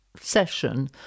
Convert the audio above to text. session